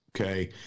okay